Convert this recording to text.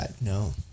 No